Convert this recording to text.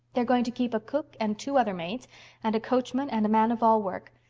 they're going to keep a cook and two other maids and a coachman and a man-of-all-work.